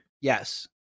yes